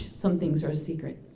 some things are a secret.